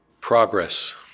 Progress